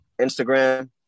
Instagram